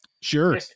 sure